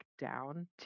down